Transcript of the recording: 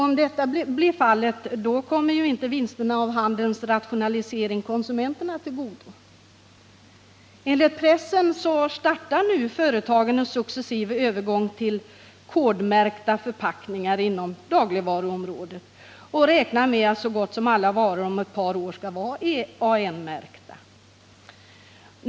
Om detta blir fallet kommer ju inte vinsterna av handelns rationalisering konsumenterna till godo. Enligt pressen startar nu företagen en successiv övergång till kodmärkta förpackningar inom dagligvaruområdet och räknar med att så gott som alla varor om Att par år skall vara EAN-märkta.